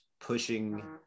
pushing